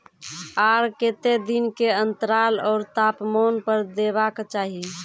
आर केते दिन के अन्तराल आर तापमान पर देबाक चाही?